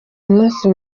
umunsi